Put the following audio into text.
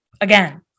Again